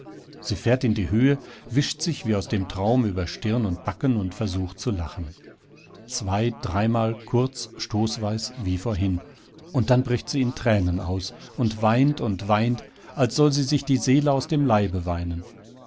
sie fährt in die höhe wischt sich wie aus dem traum über stirn und backen und versucht zu lachen zwei dreimal kurz stoßweis wie vorhin und dann bricht sie in tränen aus und weint und weint als soll sie sich die seele aus dem leibe weinen